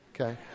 okay